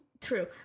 true